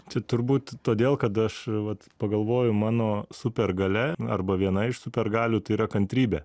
tai turbūt todėl kad aš vat pagalvoju mano supergalia arba viena iš super galių tai yra kantrybė